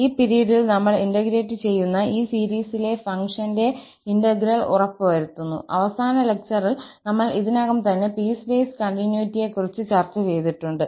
ഈ പിരീഡിൽ നമ്മൾ ഇന്റഗ്രേറ്റ് ചെയ്യുന്ന ഈ സീരീസിലെ ഫംഗ്ഷന്റെ ഇന്റഗ്രൽ ഉറപ്പുവരുത്തുന്നു അവസാന ലെക്ചറിൽ നമ്മൾ ഇതിനകം തന്നെ പീസ്വേസ് കണ്ടിന്യൂറ്റിയെക്കുറിച്ച ചർച്ച ചെയ്തിട്ടുണ്ട്